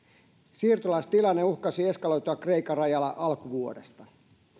siirtolaistilanne uhkasi eskaloitua kreikan rajalla alkuvuodesta